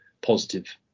positive